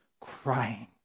crying